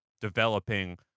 developing